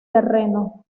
terreno